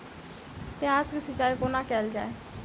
प्याज केँ सिचाई कोना कैल जाए?